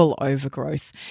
overgrowth